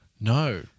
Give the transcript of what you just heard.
No